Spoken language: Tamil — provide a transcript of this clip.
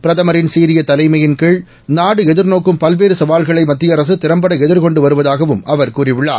பிரதமரின் சீரிய தலைமையின்கீழ் நாடு எதிர்நோக்கும் பல்வேறு சவால்களை மத்திய அரசு திறம்பட எதிர்கொண்டு வருவதாகவும் அவர் கூறியுள்ளார்